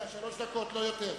שלוש דקות, לא יותר.